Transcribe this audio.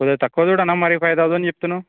కొద్దిగా తక్కువ చూడన్నా మరీ ఫైవ్ థౌజండ్ చెప్తున్నావు